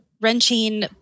Wrenching